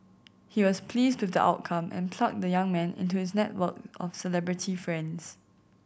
he was pleased with the outcome and plugged the young man into his network of celebrity friends